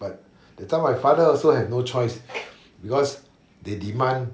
but that my father also had no choice because they demand